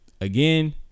again